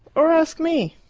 or ask me!